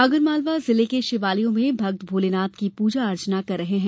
आगर मालवा जिले के शिवालयों में भक्त भोलेनाथ की प्रजा अर्चना कर रहे हैं